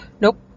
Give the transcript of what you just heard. Nope